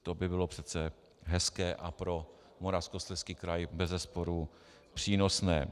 To by bylo přece hezké a pro Moravskoslezský kraj bezesporu přínosné.